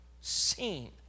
seen